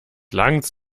langts